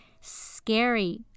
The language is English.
scary